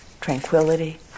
tranquility